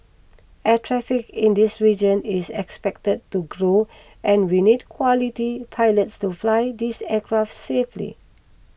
air traffic in this region is expected to grow and we need quality pilots to fly these aircraft safely